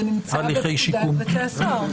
זה נמצא בפקודת בתי הסוהר.